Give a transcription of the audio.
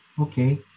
Okay